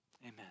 amen